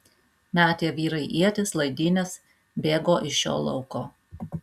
metė vyrai ietis laidynes bėgo iš šio lauko